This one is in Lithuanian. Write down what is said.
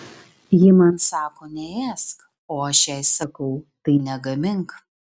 ji man sako neėsk o aš jai sakau tai negamink